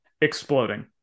exploding